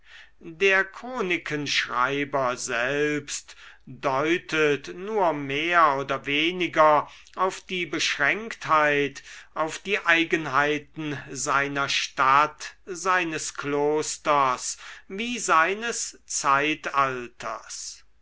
der chronikenschreiber selbst deutet nur mehr oder weniger auf die beschränktheit auf die eigenheiten seiner stadt seines klosters wie seines zeitalters